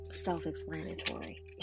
self-explanatory